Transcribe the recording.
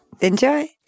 Enjoy